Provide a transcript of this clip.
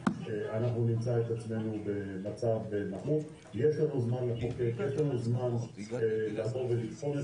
אני מבקש שיינתן לנו זמן לבחון את